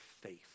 faith